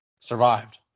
survived